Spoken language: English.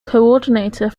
coordinator